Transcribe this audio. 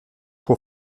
può